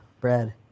bread